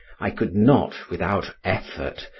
i could not, without effort,